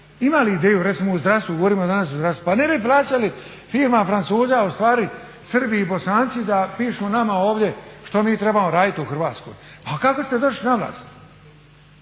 imali ideju recimo u zdravstvu, govorimo danas o zdravstvu, pa ne bi plaćali firma Francuza ustvari Srbi i Bosanci da pišu nama ovdje što mi trebamo raditi u Hrvatskoj. A kako ste došli na vlast?